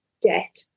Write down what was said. debt